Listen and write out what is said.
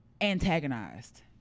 antagonized